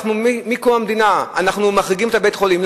ומאז קום המדינה אנחנו מחריגים את בית-החולים.